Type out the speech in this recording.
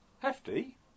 Hefty